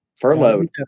furloughed